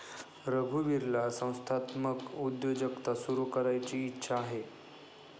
रघुवीरला संस्थात्मक उद्योजकता सुरू करायची इच्छा आहे